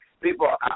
People